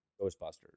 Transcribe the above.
Ghostbusters